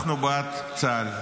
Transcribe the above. אנחנו בעד צה"ל,